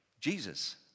Jesus